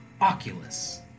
Oculus